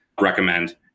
recommend